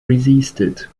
resisted